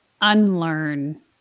unlearn